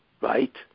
right